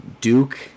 Duke